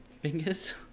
fingers